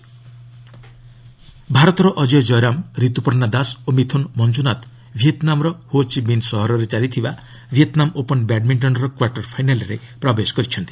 badminton ଭାରତର ଅଜୟ ଜୟରାମ୍ ରିତୁପର୍ଣ୍ଣା ଦାସ ଓ ମିଥୁନ ମଞ୍ଜୁନାଥ ଭିଏତ୍ନାମ୍ର ହୋ ଚି ମିନ୍ ସହରରେ ଚାଲିଥିବା ଭିଏତ୍ନାମ୍ ଓପନ୍ ବ୍ୟାଡ୍ମିଣ୍ଟନ୍ର କ୍ୱାର୍ଟର ଫାଇନାଲ୍ରେ ପ୍ରବେଶ କରିଛନ୍ତି